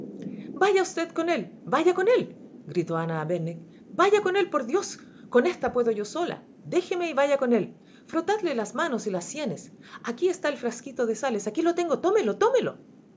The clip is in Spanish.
vaya usted con él vaya con él gritó ana a benwick vaya con él por dios con ésta puedo yo sola déjeme y vaya con él frotadle las manos y las sienes aquí está el frasquito de sales aquí lo tengo tómelo tómelo